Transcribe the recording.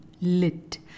Lit